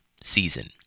season